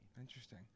Interesting